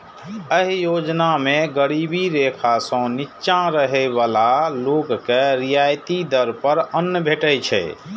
एहि योजना मे गरीबी रेखा सं निच्चा रहै बला लोक के रियायती दर पर अन्न भेटै छै